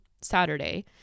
Saturday